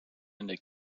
into